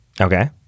okay